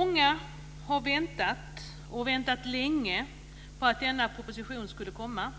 Många har väntat, och väntat länge, på att denna proposition skulle komma.